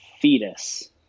fetus